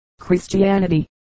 christianity